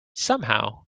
somehow